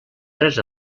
tres